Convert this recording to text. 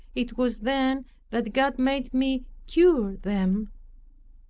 it was then that god made me cure them.